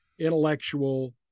intellectual